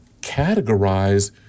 categorize